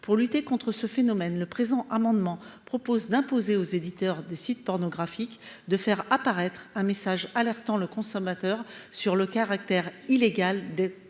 de lutter contre ce phénomène, le présent amendement tend à imposer aux éditeurs de sites pornographiques de faire apparaître un message alertant le consommateur sur le caractère illégal des comportements